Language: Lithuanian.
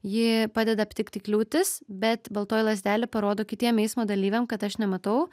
ji padeda aptikti kliūtis bet baltoji lazdelė parodo kitiem eismo dalyviam kad aš nematau